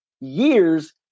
years